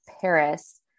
Paris